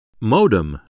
Modem